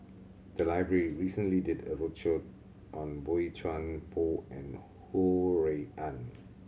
the library recently did a roadshow on Boey Chuan Poh and Ho Rui An